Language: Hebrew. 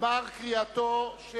דבריו של